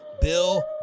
Bill